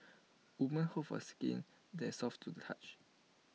women hope for A skin that's soft to the touch